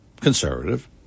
Conservative